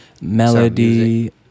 Melody